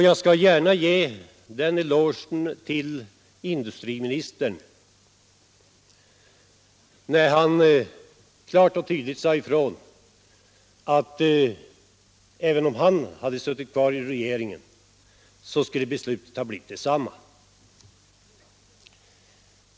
Jag skall gärna ge en eloge till den förre industriministern för att han klart och tydligt sade ifrån att även om han hade suttit kvar i regeringen skulle beslutet ha blivit detsamma.